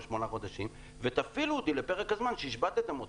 שמונה חודשים ותפעילו אותי לפרק הזמן שהשבתתם אותי.